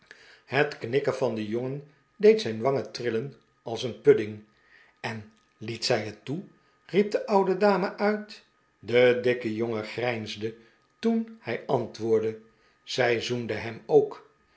het knikken van den jongen deed zijn wangen trillen als een pudding en liet zij het toe riep de oude dame uit de dikke jongen grijnsde toen hij antwoorde zij zoende hem ook